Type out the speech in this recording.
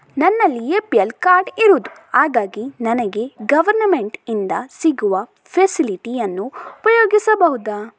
ನನ್ನಲ್ಲಿ APL card ಇರುದು ಹಾಗಾಗಿ ನನಗೆ ಗವರ್ನಮೆಂಟ್ ಇಂದ ಸಿಗುವ ಫೆಸಿಲಿಟಿ ಅನ್ನು ಉಪಯೋಗಿಸಬಹುದಾ?